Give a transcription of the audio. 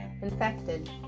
infected